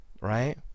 right